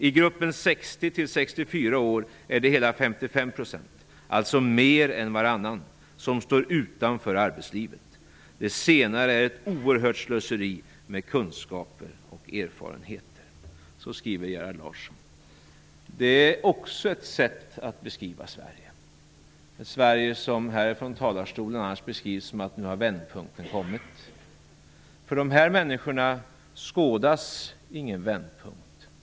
I gruppen 60--64 år är det hela 55 %, alltså mer än varannan, som står utanför arbetslivet. Det senare är ett oerhört slöseri med kunskaper och erfarenheter.'' Det är också ett sätt att beskriva Sverige. Härifrån talarstolen beskrivs Sverige annars som ett land där vändpunkten nu har kommit. Dessa människor skådar ingen vändpunkt.